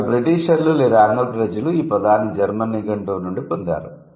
కాబట్టి బ్రిటీషర్లు లేదా ఆంగ్ల ప్రజలు ఈ పదాన్ని జర్మన్ నిఘంటువు నుండి పొందారు